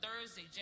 Thursday